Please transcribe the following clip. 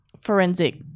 forensic